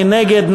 מי נגד?